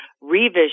revision